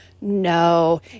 no